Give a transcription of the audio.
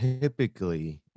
typically